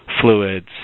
fluids